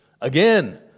again